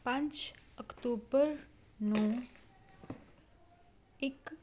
ਪੰਜ ਅਕਤੂਬਰ ਨੂੰ ਇੱਕ